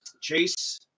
Chase